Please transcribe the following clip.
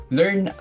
learn